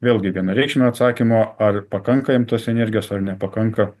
vėlgi vienareikšmio atsakymo ar pakanka jiem tos energijos ar nepakanka